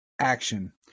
Action